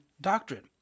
doctrine